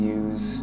use